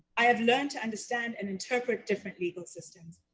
i have learned to understand and interpret different legal systems,